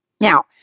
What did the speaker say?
Now